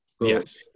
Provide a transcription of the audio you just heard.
Yes